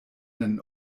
nen